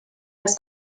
das